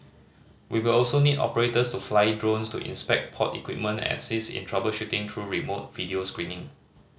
we will also need operators to fly drones to inspect port equipment and assist in troubleshooting through remote video screening